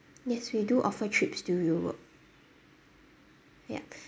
yes we do offer trips to europe yup